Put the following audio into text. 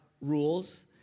rules